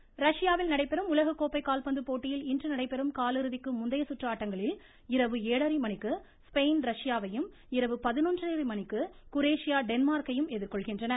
கால்பந்து ரஷ்யாவில் நடைபெறும் உலகக்கோப்பை கால்பந்து போட்டியில் இன்று நடைபெறும் காலிறுதிக்கு முந்தைய சுற்று ஆட்டங்களில் இரவு ஏழரை மணிக்கு ஸ்பெயின் ரஷ்யாவையும் டென்மார்க்கையும் எதிர்கொள்கின்றன